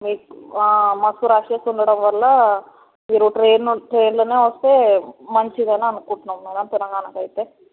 మాకు రష్ ఎక్కువ ఉండటం వల్ల మీరు ట్రైన్ ట్రైన్లోనే వస్తే మంచిది అని అనుకుంటున్నాను మేడం తెలంగాణకి అయితే